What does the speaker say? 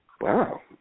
Wow